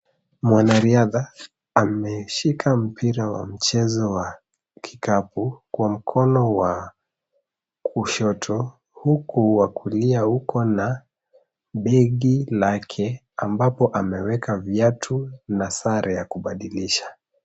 Mwanariadha ashika mpira wa mchezo wa kikapu kwa mkono wa kushoto huku wa kulia uko na begi lake ambapo ameweka viatu na sare ya kubadilisha.